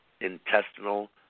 intestinal